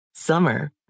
Summer